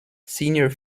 senior